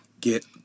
get